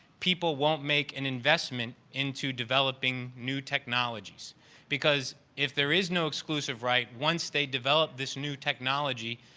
people won't make an investment into developing new technologies because if there is no exclusive right, once they develop this new technology,